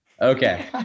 Okay